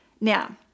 Now